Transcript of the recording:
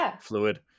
fluid